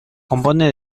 compone